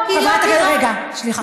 רגע, שנייה.